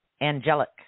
angelic